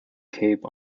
cape